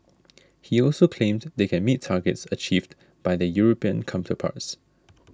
he also claimed they can meet targets achieved by their European counterparts